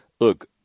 look